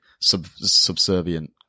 subservient